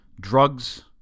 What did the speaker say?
drugs